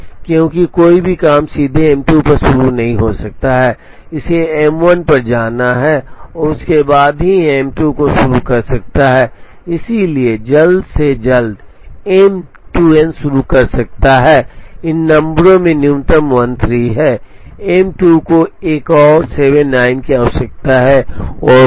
क्योंकि कोई भी काम सीधे M2 पर शुरू नहीं हो सकता है इसे M1 पर जाना है और उसके बाद ही यह M2 को शुरू कर सकता है इसलिए जल्द से जल्द M2n शुरू कर सकता है इन नंबरों में न्यूनतम 13 है एम 2 को एक और 79 की आवश्यकता है